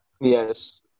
Yes